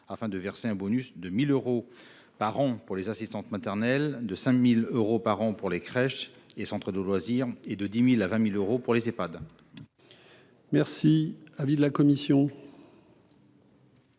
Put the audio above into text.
ainsi de financer un bonus de 1 000 euros par an pour les assistantes maternelles, de 5 000 euros par an pour les crèches et centres de loisirs et de 10 000 à 20 000 euros pour les Ehpad. Quel est l'avis de la commission